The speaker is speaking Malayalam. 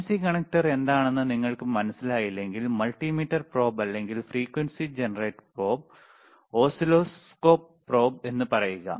BNC കണക്റ്റർ എന്താണെന്ന് നിങ്ങൾക്ക് മനസ്സിലായില്ലെങ്കിൽ മൾട്ടിമീറ്റർ പ്രോബ് അല്ലെങ്കിൽ frequency generator probe oscilloscope probe എന്ന് പറയുക